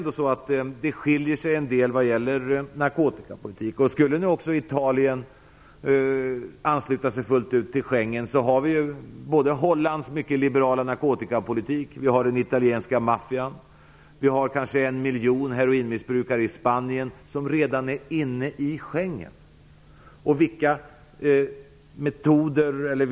Det skiljer sig en del när det gäller narkotikapolitik. Skulle Italien ansluta sig fullt ut till Schengenavtalet får vi kanske problem med den italienska maffian. T.ex. Holland har en mycket liberalare narkotikapolitik. Det finns kanske 1 miljon heroinmissbrukare i Spanien. Allt detta finns redan inom Schengensamarbetet.